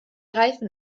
reifen